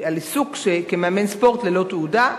עיסוק מאמן ספורט ללא תעודה,